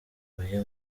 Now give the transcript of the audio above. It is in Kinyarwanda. baguye